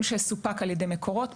שסופק על ידי מקורות.